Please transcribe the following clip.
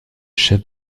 chef